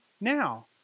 now